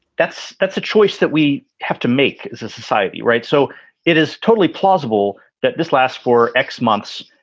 that's that's a choice that we have to make as a society. right. so it is totally plausible that this lasts for x months.